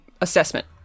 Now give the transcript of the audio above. assessment